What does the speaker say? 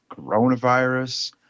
coronavirus